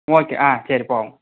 okay ஆ சரி போவோம்